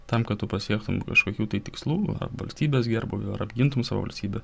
tam kad tu pasiektum kažkokių tai tikslų valstybės gerbūvio ar apgintum savo valstybę